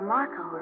Marco